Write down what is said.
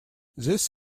this